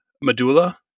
Medulla